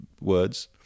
Words